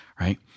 right